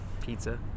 Pizza